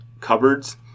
cupboards